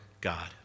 God